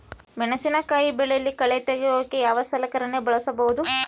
ಮೆಣಸಿನಕಾಯಿ ಬೆಳೆಯಲ್ಲಿ ಕಳೆ ತೆಗಿಯೋಕೆ ಯಾವ ಸಲಕರಣೆ ಬಳಸಬಹುದು?